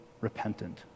repentant